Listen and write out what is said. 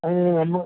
അതിന് ഒന്ന്